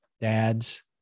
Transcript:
dads